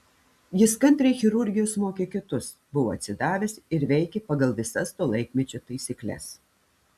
jis kantriai chirurgijos mokė kitus buvo atsidavęs ir veikė pagal visas to laikmečio taisykles